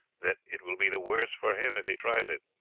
that it will be the worse for him if he tries it.